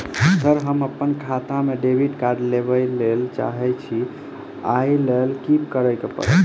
Sir हम अप्पन खाता मे डेबिट कार्ड लेबलेल चाहे छी ओई लेल की परतै?